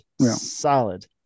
solid